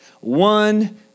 one